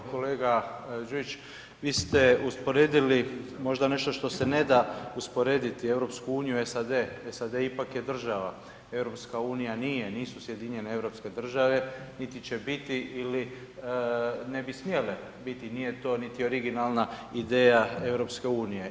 Evo, kolega Đujić, vi ste usporedili možda nešto što se ne da usporediti, EU i SAD, SAD je ipak je država, EU nije, nisu sjedinjene europske države, niti će biti ili ne bi smjele biti, nije to niti originalna ideja EU.